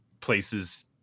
places